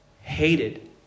hated